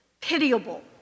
pitiable